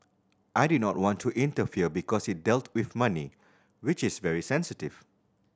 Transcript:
I did not want to interfere because it dealt with money which is very sensitive